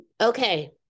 Okay